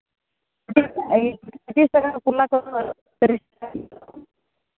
ᱯᱚᱸᱪᱤᱥ ᱴᱟᱠᱟ ᱠᱟᱨᱞᱟ ᱠᱚ ᱛᱤᱨᱤᱥ ᱴᱟᱠᱟ